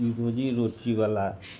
रोजी रोटीवला